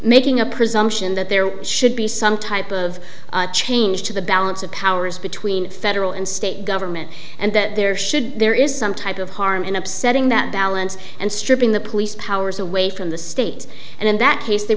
making a presumption that there should be some type of change to the balance of powers between federal and state government and that there should be there is some type of harm in upsetting that balance and stripping the police powers away from the state and in that case they